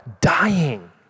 dying